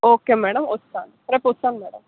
okay madam వస్తాను రేపు వస్తాను మ్యాడం